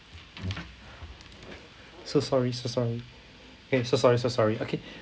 so sorry so sorry yeah so sorry so sorry okay